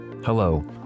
Hello